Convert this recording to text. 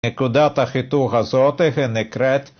נקודת החיתוך הזאת היא נקראת